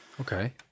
Okay